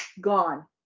gone